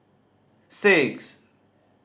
six